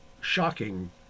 shocking